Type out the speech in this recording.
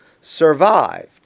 survived